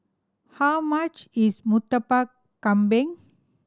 how much is Murtabak Kambing